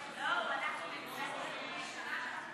הבין-לאומיים לפיתוח (תיקוני חקיקה),